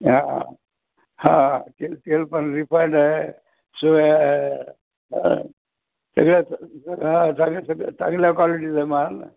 हां हां तेल तेल पण रिफाईंड आहे सोया आहे सगळा हा सग सग चांगल्या क्वालिटीचा माल आहे